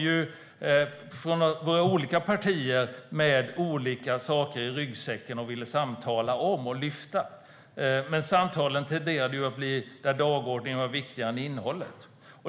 De olika partierna kom med olika saker i ryggsäcken som vi ville lyfta fram i samtalen. Men i samtalen tenderade dagordningen att bli viktigare än innehållet.